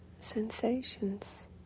sensations